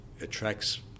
attracts